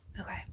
Okay